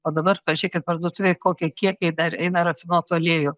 o dabar pažiūrėkit parduotuvėj kokie kiekiai dar eina rafinuotų aliejų